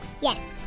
Yes